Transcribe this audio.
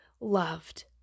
loved